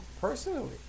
Personally